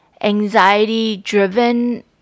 anxiety-driven